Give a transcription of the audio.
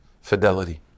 fidelity